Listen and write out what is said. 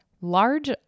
large